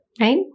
Right